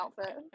outfit